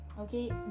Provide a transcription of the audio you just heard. okay